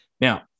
Now